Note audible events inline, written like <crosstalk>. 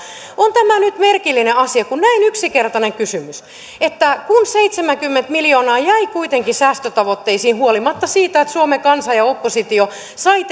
on tämä nyt merkillinen asia kun on näin yksinkertainen kysymys seitsemänkymmentä miljoonaa jäi kuitenkin säästötavoitteisiin huolimatta siitä että suomen kansa ja oppositio saivat <unintelligible>